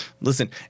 listen